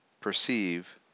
perceive